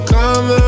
come